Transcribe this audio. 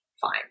fine